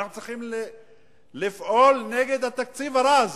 אנחנו צריכים לפעול נגד התקציב הרע הזה.